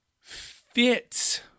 fits